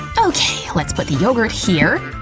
okay, let's put the yogurt here,